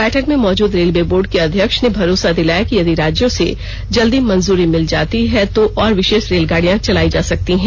बैठक में मौजूद रेलवे बोर्ड के अध्यक्ष ने भरोसा दिलाया कि यदि राज्यों से जल्दी मंजूरी मिल जाती है तो और विशेष रेलगाडियां चलाई जा सकती हैं